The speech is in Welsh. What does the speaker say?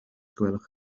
gwelwch